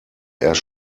erst